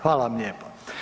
Hvala vam lijepo.